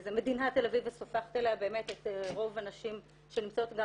מדינת תל אביב סופחת אליה באמת את רוב הנשים שנמצאות גם